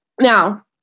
Now